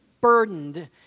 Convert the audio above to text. burdened